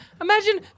Imagine